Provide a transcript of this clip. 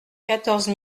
quatorze